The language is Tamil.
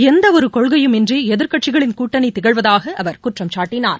எந்த ஒரு கொள்கையும் இன்றி எதிர்க்கட்சிகளின் கூட்டணி திகழ்வதாக அவர் குற்றம் சாட்டினார்